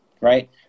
right